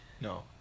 No